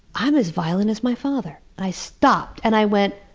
i'm as violent as my father. i stopped, and i went,